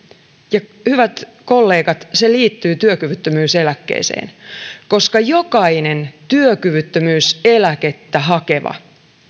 ja hyvät kollegat se liittyy työkyvyttömyyseläkkeeseen koska jokainen työkyvyttömyyseläkettä hakeva